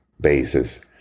bases